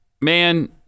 man